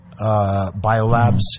biolabs